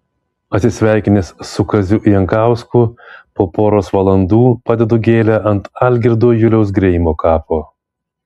atsisveikinęs su kaziu jankausku po poros valandų padedu gėlę ant algirdo juliaus greimo kapo